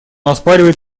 оспаривает